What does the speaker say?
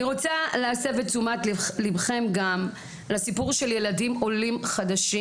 אני רוצה להסב את תשומת לבכם גם לסיפור של ילדים עולים חדשים.